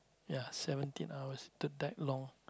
ya seventeen hours took that long